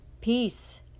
Peace